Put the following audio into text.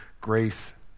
grace